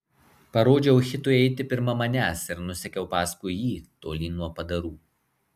parodžiau hitui eiti pirma manęs ir nusekiau paskui jį tolyn nuo padarų